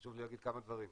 חשוב לי להגיד כמה דברים.